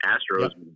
Astros